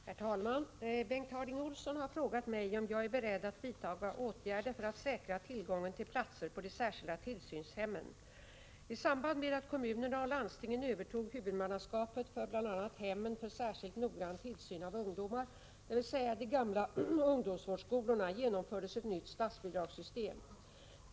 Herr talman! Bengt Harding Olson har frågat mig om jag är beredd att vidta åtgärder för att säkra tillgången till platser på de särskilda tillsynshemmen. gamla ungdomsvårdsskolorna, genomfördes ett nytt statsbidragssystem.